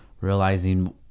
realizing